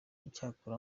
icyakora